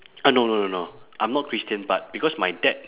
uh no no no no I'm not christian but because my dad